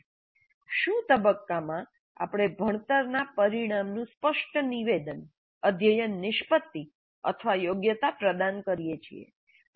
'શું' તબક્કામાં આપણે ભણતરના પરિણામનું સ્પષ્ટ નિવેદન અધ્યયન નિષ્પતિ અથવા યોગ્યતા પ્રદાન કરીએ છીએ